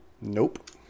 Nope